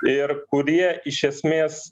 ir kurie iš esmės